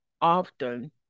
often